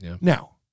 Now